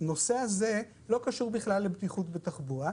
הנושא הזה לא קשור בכלל לבטיחות בתחבורה,